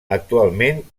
actualment